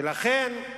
ולכן,